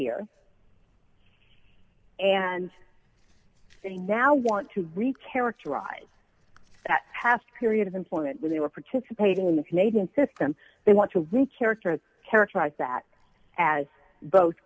here and they now want to read characterize past period of employment when they were participating in the canadian system they want to reach character characterize that as both